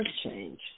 change